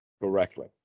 correctly